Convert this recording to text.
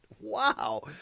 Wow